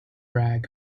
rag